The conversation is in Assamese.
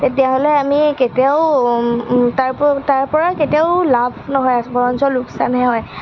তেতিয়াহ'লে আমি কেতিয়াও তাৰপ তাৰপৰা কেতিয়াও লাভ নহয় বৰঞ্চ লোকচানহে হয়